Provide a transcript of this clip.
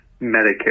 Medicare